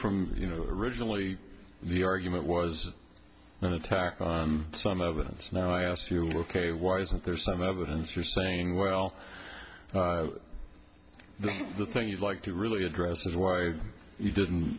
from you know originally the argument was an attack on some evidence now i ask your work a why isn't there some evidence for saying well the thing you'd like to really address is why you didn't